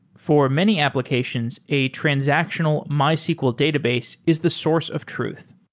for many applications, a transactional mysql database is the source of truth.